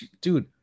dude